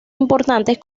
importantes